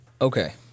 Okay